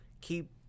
keep